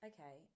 Okay